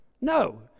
No